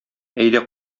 әйдә